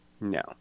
No